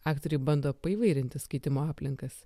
aktoriai bando paįvairinti skaitymo aplinkas